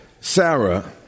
Sarah